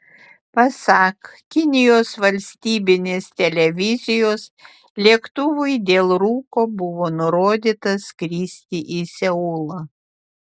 pasak kinijos valstybinės televizijos lėktuvui dėl rūko buvo nurodyta skristi į seulą